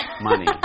money